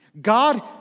God